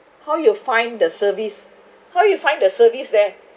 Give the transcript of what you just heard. how you find the service how you find the service there